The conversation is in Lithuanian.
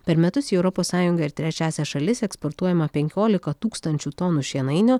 per metus į europos sąjungą ir trečiąsias šalis eksportuojama penkiolika tūkstančių tonų šienainio